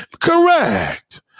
Correct